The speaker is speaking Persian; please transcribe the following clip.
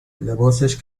لباسش